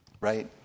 right